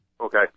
Okay